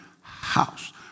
house